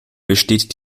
besteht